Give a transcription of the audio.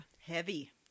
Heavy